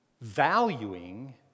valuing